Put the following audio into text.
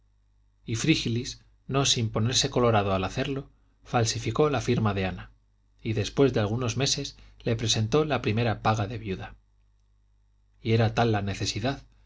y frígilis no sin ponerse colorado al hacerlo falsificó la firma de ana y después de algunos meses le presentó la primera paga de viuda y era tal la necesidad